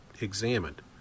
examined